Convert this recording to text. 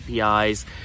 APIs